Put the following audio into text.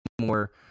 more